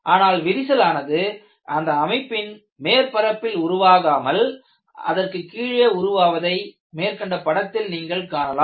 ஆனால் விரிசல் ஆனது அந்த அமைப்பின் மேற்பரப்பில் உருவாகாமல் அதற்கு கீழே உருவாவதை மேற்கண்ட படத்தில் நீங்கள் காணலாம்